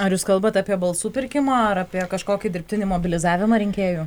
ar jūs kalbate apie balsų pirkimą ar apie kažkokį dirbtinį mobilizavimą rinkėjų